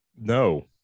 No